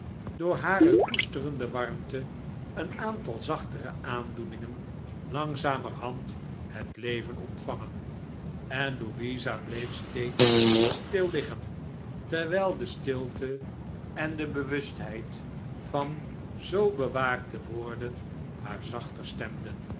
door hare koesterende warmte een aantal zachtere aandoeningen langzamerhand het leven ontvangen en louisa bleef steeds stil liggem terwijl de stilte en de bewustheid van zoo bewaakt te worden haar zachter stemden